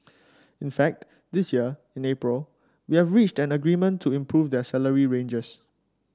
in fact this year in April we have reached an agreement to improve their salary ranges